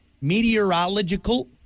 Meteorological